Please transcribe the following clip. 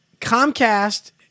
Comcast